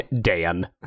Dan